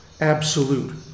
absolute